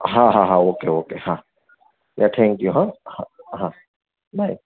હા હા હા હા ઓકે ઓકે હા એ થેન્કયુ હં હા